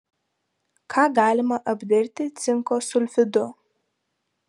ką galima apdirbti cinko sulfidu